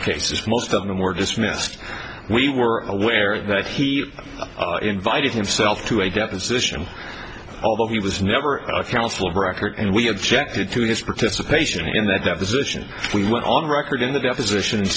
cases most of them were dismissed we were aware that he invited himself to a deposition although he was never a council of record and we objected to this participation in the deposition we were on record in the deposition